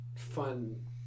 fun